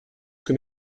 que